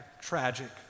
tragic